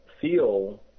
feel